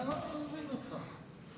אני לא מבין אותך.